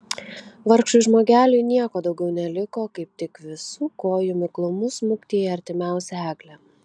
vargšui žmogeliui nieko daugiau neliko kaip tik visu kojų miklumu smukti į artimiausią eglę